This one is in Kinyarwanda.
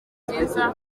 byiza